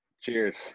cheers